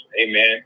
Amen